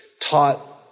taught